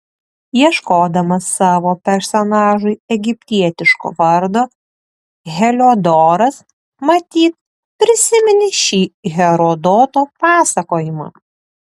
ieškodamas savo personažui egiptietiško vardo heliodoras matyt prisiminė šį herodoto pasakojimą